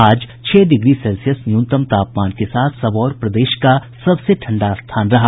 आज छह degree Celsius न्यूनतम तापमान के साथ सबौर प्रदेश का सबसे ठंडा स्थान रहा